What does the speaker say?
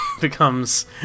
becomes